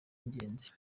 ingenzi